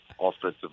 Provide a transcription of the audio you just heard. offensive